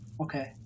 okay